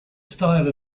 style